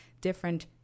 different